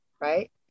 right